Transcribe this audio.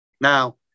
Now